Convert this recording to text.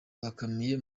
bakamiye